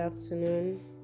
Afternoon